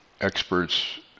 experts